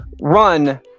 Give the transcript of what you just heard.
run